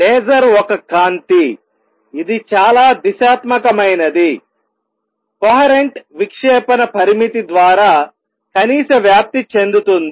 laser ఒక కాంతి ఇది చాలా దిశాత్మకమైనది కొహరెంట్ విక్షేపణ పరిమితి ద్వారా కనీస వ్యాప్తి చెందుతుంది